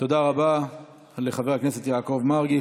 תודה רבה לחבר הכנסת יעקב מרגי.